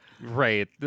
Right